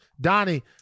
Donnie